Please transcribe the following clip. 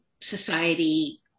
society